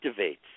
activates